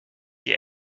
die